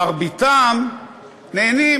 מרביתם נהנים,